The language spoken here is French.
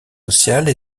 sociales